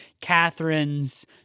Catherine's